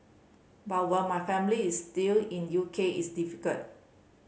but while my family is still in U K it's difficult